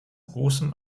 großem